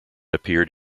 appeared